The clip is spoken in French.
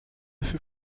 fut